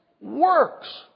works